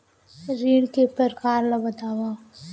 ऋण के परकार ल बतावव?